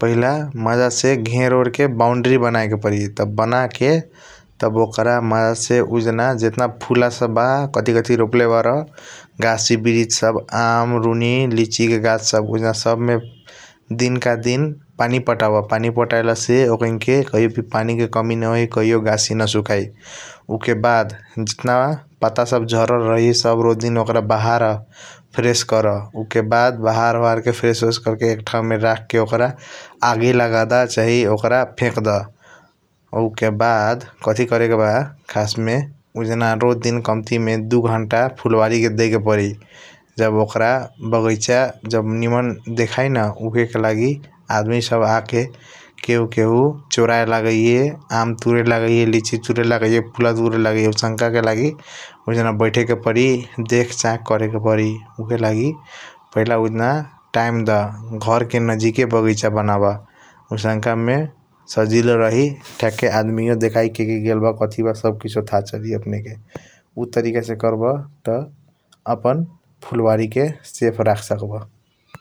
पहिला मज़ा से घेर के बौंड़री बनके परी । तब बाँके के तब ओकर मज़ा से उजना जतन फूल सब बा कथी कथी रोपले बार गसी बिरिस सब आम रुनी लीची के गसी सब । उजान दिन का दिन पनि पटवा पनि पतला से उजान पनि के कमी न होई कहियों गसस न सुखाई उके बाद जतन पता ओट झरला रही । सब रोज दिन ओकर जहर बाहर फ्रेश कर के बाद बाहर के फ्रेश आकर के एक ठाऊ रख के ओकर आगी लगड़ा चाही ओकर फके दा । उके बाद कथी करे बा खसस मे उजान रोज दिन कमाती मे दु घण्टा फुलबारी के देय के परी जब ओकर बगाईचा जब निमन देखाइन । उहएकलगी आदमी सब आके केहु केहु आदमी सब आके चोरायलगाईया आम तूरे लागैया लीची तूरे लगाइयाँ फूल तूरे लागैया आउसनक के लगी । उआजन बैठे के पारी देखा चक करेक परी उहरलगी उजान टाइम दा घर के नजिक बगाईचा बनब आउसाँक मे सजिलो रही थक आदमी देखाई । के के गेल कथी ब सब किसईओ थाह चली अपने के उ तरीका से चल ब त अपना फुलबारी के सैफ रखा बा ।